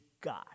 God